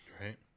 Right